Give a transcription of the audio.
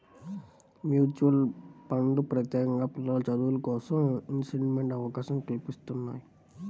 mutual ఫండ్లు ప్రత్యేకంగా పిల్లల చదువులకోసం ఇన్వెస్ట్మెంట్ అవకాశం కల్పిత్తున్నయ్యి